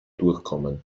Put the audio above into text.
durchkommen